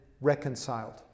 reconciled